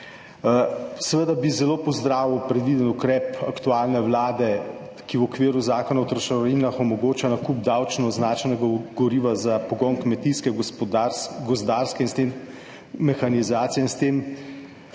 Seveda bi zelo pozdravil predviden ukrep aktualne vlade, ki v okviru Zakona o trošarinah omogoča nakup davčno označenega goriva za pogon kmetijske, gozdarske mehanizacije, s tem